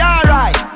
alright